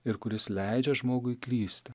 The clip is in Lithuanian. ir kuris leidžia žmogui klysti